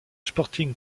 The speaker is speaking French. sporting